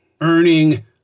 Earning